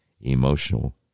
emotional